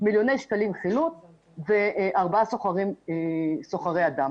מיליוני שקלים חילוט וארבעה סוחרי אדם,